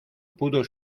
pudo